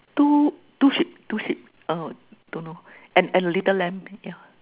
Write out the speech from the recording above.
two two sheep two sheep err don't know and and a little lamb yeah